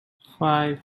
five